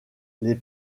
les